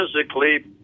physically